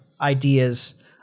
ideas